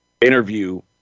interview